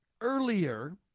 earlier